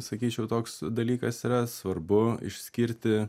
sakyčiau toks dalykas yra svarbu išskirti